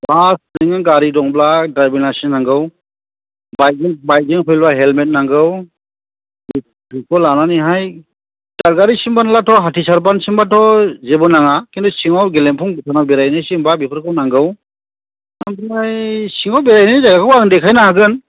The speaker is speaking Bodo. बा नोङो गारि दंब्ला द्रायभिं लाइसेन्स नांगौ बाइकजों फैयोब्ला हेल्मेट नांगौ बेखौ लानानैहाय दादगारिसिमब्लानोथ' हाथिसारसिमब्लाथ' जेबो नाङा खिन्थु सिङाव गेलेफु भिथोराव बेरायहैनोबा बेफोरखौ नांगौ ओमफ्राय सिङाव बेरायहैनाय जायगाखौ आं देखायनो हागोन